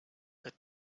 that